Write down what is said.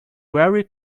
very